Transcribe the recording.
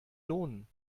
lohnen